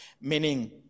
meaning